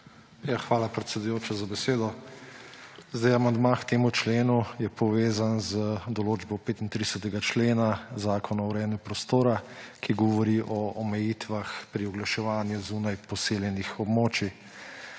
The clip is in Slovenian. Hvala, predsedujoča, za besedo. Amandma k temu členu je povezan z določbo 35. člena Zakona o urejanju prostora, ki govori o omejitvah pri oglaševanju zunaj poseljenih območij.